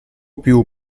più